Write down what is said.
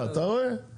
אתה רואה?